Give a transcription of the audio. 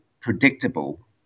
predictable